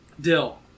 Dill